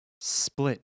split